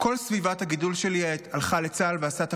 כל סביבת הגידול שלי הלכה לצה"ל ועשתה